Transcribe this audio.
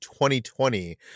2020